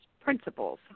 principles